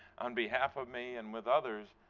on behalf of me and with others,